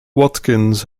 watkins